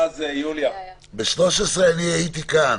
ב-2013 הייתי כאן.